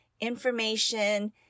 information